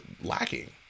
lacking